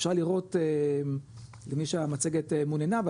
אפשר לראות למי שהמצגת מול עיניו,